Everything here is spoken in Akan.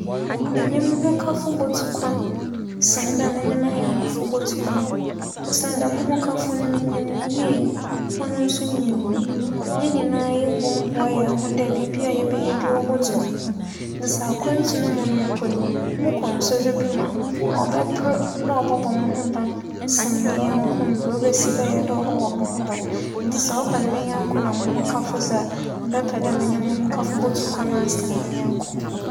Menye moho kafo botu kwan sen dɛ menye m'anyɛnkofo botu kwan osiandɛ, moho kafo no miyim no yie, no so nyim me yie. Hɛn nyinara bͻ mu boa hɛn ho dɛ biribiara yɛbɛyɛ biara botu mpͻn. Ntsi sɛ akwantu no mu mpo no, mokͻ nsͻhwɛ bi mu a, ͻbɛper dɛ ͻbͻbͻ moho ban sen me nyɛnko mbrɛ obesi bͻbͻ moho ban. Ntsi sɛ ͻba no me nyɛnko na moho kafo dze a, mebɛpɛ dɛ menye mo ho kafo botu kwan asen me nyɛnko.